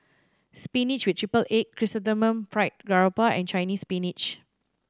spinach with triple egg Chrysanthemum Fried Garoupa and Chinese Spinach